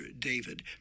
David